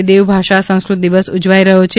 આજે દેવભાષા સંસ્કૃત દિવસ ઉજવાઇ રહયો છે